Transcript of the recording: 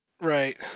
Right